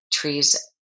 trees